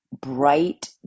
bright